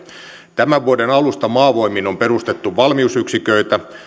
tämän vuoden alusta maavoimiin on perustettu valmiusyksiköitä